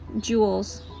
jewels